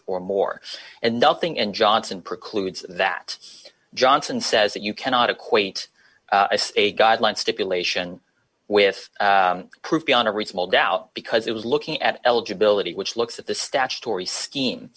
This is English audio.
or more and nothing in johnson precludes that johnson says that you cannot equate a guideline stipulation with proof beyond a reasonable doubt because it was looking at eligibility which looks at the statutory scheme